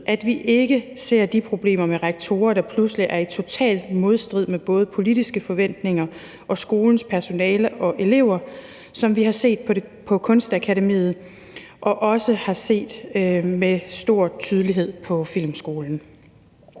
at vi ikke ser de problemer med rektorer, der pludselig er i total modstrid med både politiske forventninger og skolens personale og elever, som vi har set på Kunstakademiet og også har set med stor tydelighed på Filmskolen.